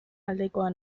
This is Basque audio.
aldekoa